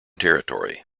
territory